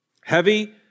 heavy